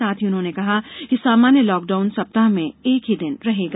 साथ ही उन्होंने कहा कि सामान्य लॉकडाउन सप्ताह में एक ही दिन रहेगा